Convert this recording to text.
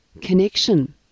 connection